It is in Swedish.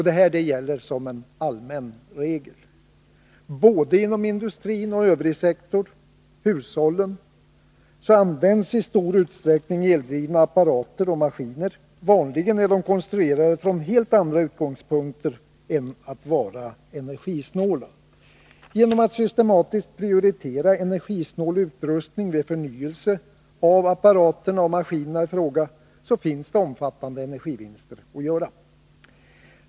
Det gäller som en allmän regel. Både inom industrin och i övrigsektorn, hushållen, används i stor utsträckning eldrivna apparater och maskiner. Vanligen är de konstruerade från helt andra utgångspunkter än att vara energisnåla. Genom att systematiskt prioritera energisnål utrustning vid förnyelse av apparaterna och maskinerna i fråga finns det omfattande energivinster att göra.